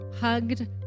hugged